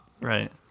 Right